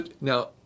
now